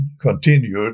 continued